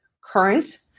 current